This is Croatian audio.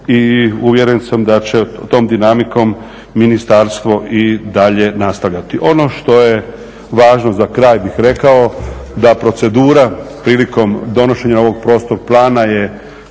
i uvjeren sam da će tom dinamikom ministarstvo i dalje nastavljati. Ono što je važno za kraj bih rekao da procedura prilikom donošenja ovog prostornog plana je